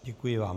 Děkuji vám.